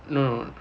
no no